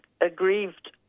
aggrieved